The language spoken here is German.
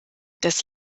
das